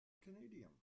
canadian